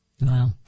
Wow